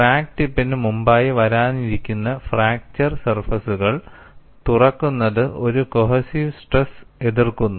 crack ടിപ്പിന് മുമ്പായി വരാനിരിക്കുന്ന ഫ്രാക്ചർ സർഫേസുകൾ തുറക്കുന്നത് ഒരു കോഹെസിവ് സ്ട്രെസ് എതിർക്കുന്നു